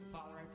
Father